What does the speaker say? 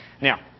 Now